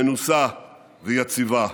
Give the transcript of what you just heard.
מנוסה ויציבה.